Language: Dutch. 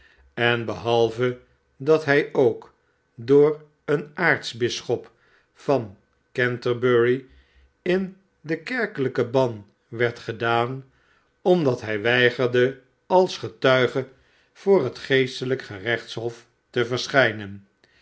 en behalve dat hij ook door den aartsbisschop van canterbury in den kerkelijken ban werd gedaan omdat hij weigerde als getuige voor het geestelijk gerechtshof te verschijnen